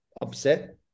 upset